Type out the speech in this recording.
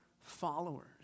followers